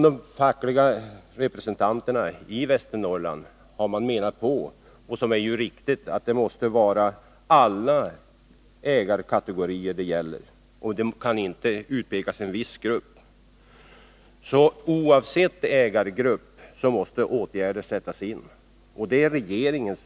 De fackliga representanterna från Västernorrlands län har ansett, vilket ju är riktigt, att alla ägarkategorier berörs och att någon viss grupp inte kan utpekas. Åtgärder måste sättas in som gäller alla oavsett ägargrupp, och det är en uppgift för regeringen.